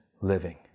living